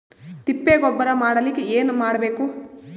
ತಿಪ್ಪೆ ಗೊಬ್ಬರ ಮಾಡಲಿಕ ಏನ್ ಮಾಡಬೇಕು?